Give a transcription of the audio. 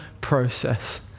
process